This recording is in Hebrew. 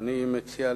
אני מציע,